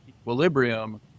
equilibrium